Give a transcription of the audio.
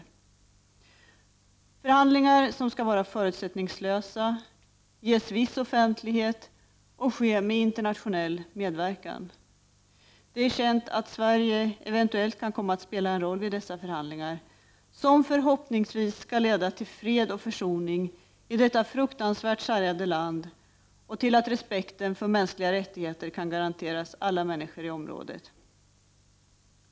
De fredsförhandlingarna skall vara förutsättningslösa, ges viss offentlighet och sker med internationell medverkan. Det är känt att Sverige eventuellt kan komma att spela en roll vid dessa förhandlingar, som förhoppningsvis skall leda till fred och försoning i detta fruktansvärt sargade land och till att respekten för mänskliga rättigheter kan garanteras alla människor i området.